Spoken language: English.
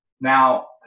Now